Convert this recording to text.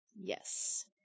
Yes